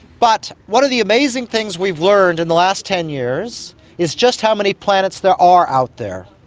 but one of the amazing things we've learned in the last ten years is just how many planets there are out there.